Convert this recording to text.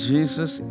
Jesus